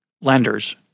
lenders